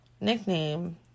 nickname